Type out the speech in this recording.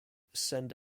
send